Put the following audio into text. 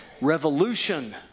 revolution